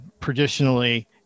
traditionally